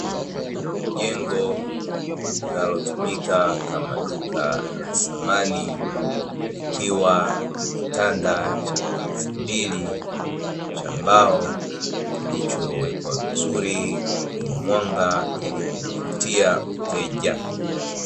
Jengo linalotumika kama duka la samani, likiwa na kitanda cha ngazi mbili cha mbao kilichowekwa vizuri kwenye mwanga ili kumvutia mteja.